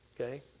Okay